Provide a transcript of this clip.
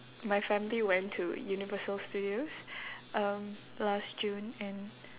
my family went to universal studios um last june and